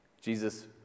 Jesus